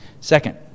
Second